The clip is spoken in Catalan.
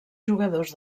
jugadors